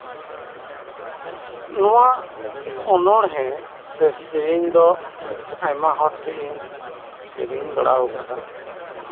ᱱᱚᱣᱟ ᱥᱮᱨᱮᱧ ᱥᱮ ᱚᱱᱚᱬᱦᱮᱸ ᱫᱚ ᱟᱭᱢᱟ ᱦᱚᱲ ᱴᱷᱮᱱ ᱜᱤᱧ ᱥᱮᱨᱮᱧ ᱵᱟᱲᱟᱣ ᱠᱟᱣᱫᱟ